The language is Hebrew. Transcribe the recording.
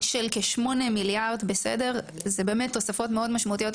של כ-8 מיליארד, אלה באמת תוספות מאוד משמעותיות.